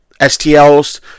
stls